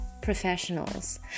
professionals